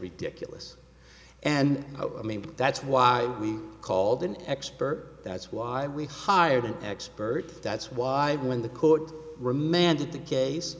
ridiculous and i mean that's why we called an expert that's why we hired an expert that's why when the court remanded the case